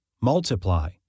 Multiply